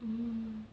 mm